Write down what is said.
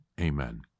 Amen